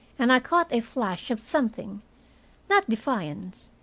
and i caught a flash of something not defiance.